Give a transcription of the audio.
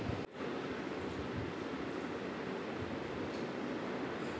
ನಿಂದ್ U P I ಇರ್ಲಿಲ್ಲ ಅಂದುರ್ನು ಬೇರೆ ಅವ್ರದ್ ಯು.ಪಿ.ಐ ಇಂದ ಅಕೌಂಟ್ಗ್ ರೊಕ್ಕಾ ಹಾಕ್ಬೋದು